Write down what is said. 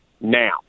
now